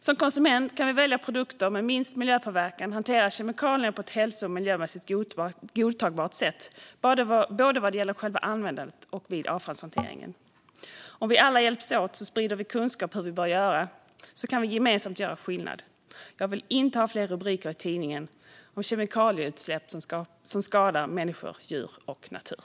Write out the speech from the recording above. Som konsument kan man välja produkter med liten miljöpåverkan och hantera kemikalierna på ett hälso och miljömässigt godtagbart sätt vad gäller både användandet och avfallshanteringen. Om vi alla hjälps åt sprider vi kunskap om hur vi bör göra, och då kan vi gemensamt göra skillnad. Jag vill inte ha fler rubriker i tidningen om kemikalieutsläpp som skadar människor, djur och natur.